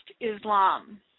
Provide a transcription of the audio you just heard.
Islam